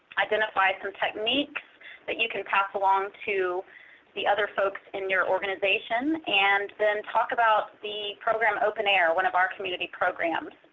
identify some techniques that you can pass along to the other folks in your organization. and then talk about the program, openair, one of our community programs.